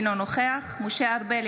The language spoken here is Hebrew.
אינו נוכח משה ארבל,